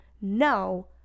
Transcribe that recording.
No